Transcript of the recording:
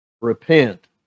repent